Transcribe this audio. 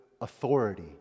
authority